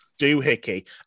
doohickey